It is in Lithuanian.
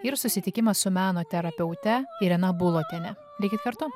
ir susitikimas su meno terapeute irena bulotienė likit kartu